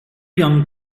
young